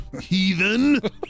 heathen